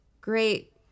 great